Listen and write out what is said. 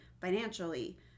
financially